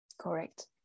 correct